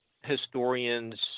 historians